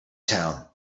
town